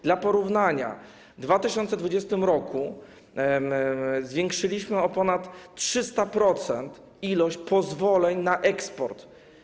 Dla porównania: w 2020 r. zwiększyliśmy o ponad 300% ilość pozwoleń na eksport.